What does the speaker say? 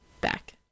back